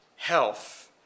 health